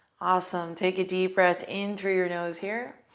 awesome. take a deep breath in through your nose here